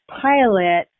pilot